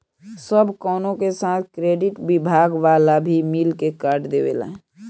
सब कवनो के साथ क्रेडिट विभाग वाला भी मिल के कार्ड देवेला